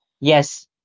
yes